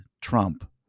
Trump